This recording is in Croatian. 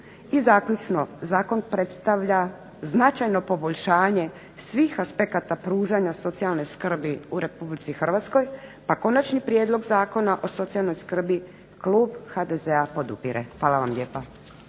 zaključno Zakon predstavlja značajna poboljšanje svih aspekata pružanja socijalne skrbi u Republici Hrvatskoj, pa Konačni prijedlog zakona o socijalnoj skrbi Klub HDZ-a podupire. Hvala vam lijepa.